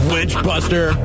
Witchbuster